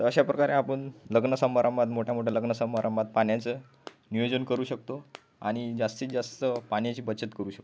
तर अशा प्रकारे आपण लग्न समारंभात मोठ्यामोठ्या लग्न समारंभात पाण्याचं नियोजन करू शकतो आणि जास्तीत जास्त पाण्याची बचत करू शकतो